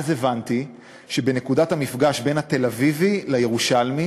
אז הבנתי שבנקודת המפגש בין התל-אביבי לירושלמי